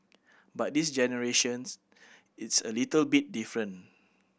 but this generations it's a little bit different